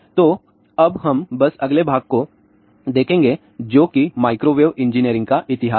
तो अब हम बस अगले भाग को देखें जो कि माइक्रोवेव इंजीनियरिंग का इतिहास है